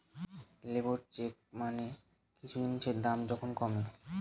labour check মানে কিছু জিনিসের দাম যখন কমে